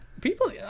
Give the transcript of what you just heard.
People